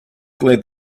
glad